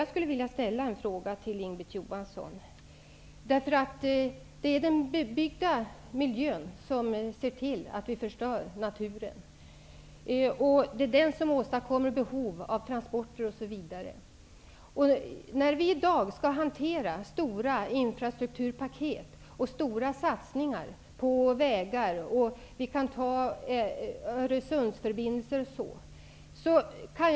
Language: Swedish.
Jag skulle vilja ställa en fråga till Inga-Britt Johansson. Den bebyggda miljön är en av anledningarna till att naturen förstörs. Det är den miljön som åstadkommer behov av transporter osv. Vi skall nu hantera stora infrastrukturpaket och stora satsningar på vägar. Öresundsförbindelsen är ett exempel.